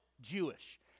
Jewish